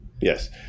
yes